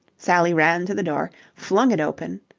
sally ran to the door, flung it open,